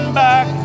back